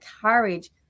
courage